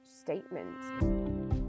statement